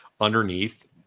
underneath